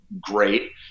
great